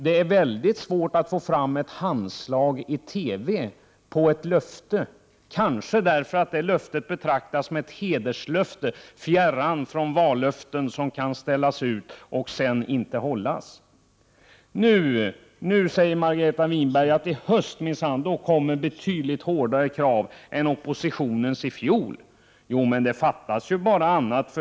Det är väldigt svårt att få till stånd ett handslag i TV när det gäller ett löfte — kanske därför att ett sådant löfte betraktas som ett hederslöfte, fjärran från vallöften som kan ställas ut och som sedan inte hålls. Nu säger Margareta Winberg att det i höst kommer krav som är betydligt hårdare än de krav som oppositionen kom med i fjol. Ja, fattas bara annat!